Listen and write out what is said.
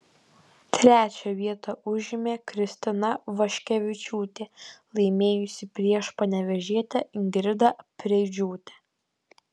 trečią vietą užėmė kristina vaškevičiūtė laimėjusi prieš panevėžietę ingridą preidžiūtę